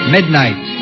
Midnight